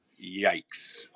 Yikes